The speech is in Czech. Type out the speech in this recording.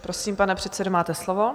Prosím, pane předsedo, máte slovo.